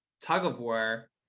tug-of-war